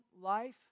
life